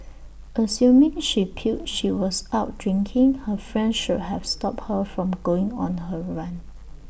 assuming she puked she was out drinking her friend should have stopped her from going on her rant